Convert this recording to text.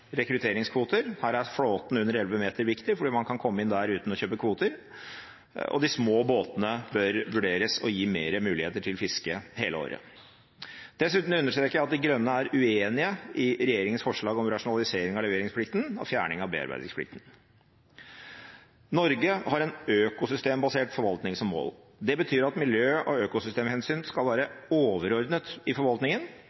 rekrutteringskvoter. Her er flåten under 11 meter viktig fordi man kan komme inn der uten å kjøpe kvoter. De små båtene bør man vurdere å gi mer muligheter til fiske hele året. Dessuten understreker jeg at De Grønne er uenig i regjeringens forslag om rasjonalisering av leveringsplikten og fjerning av bearbeidingsplikten. Norge har en økosystembasert forvaltning som mål. Det betyr at miljø- og økosystemhensyn skal